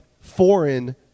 foreign